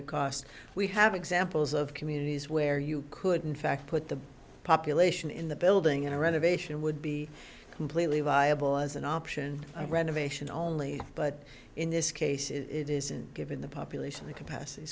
it cost we have examples of communities where you couldn't fact put the population in the building and renovation would be completely viable as an option renovation only but in this case it isn't given the population the capacity